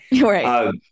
Right